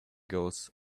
gulls